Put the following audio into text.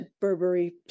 Burberry